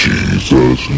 Jesus